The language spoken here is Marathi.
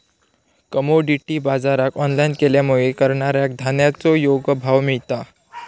कमोडीटी बाजराक ऑनलाईन केल्यामुळे करणाऱ्याक धान्याचो योग्य भाव मिळता